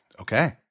Okay